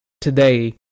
today